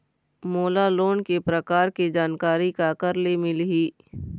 मोला लोन के प्रकार के जानकारी काकर ले मिल ही?